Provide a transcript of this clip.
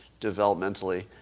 developmentally